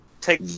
Take